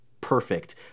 perfect